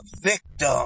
victim